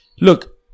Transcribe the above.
look